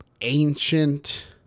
ancient